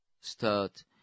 start